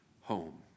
home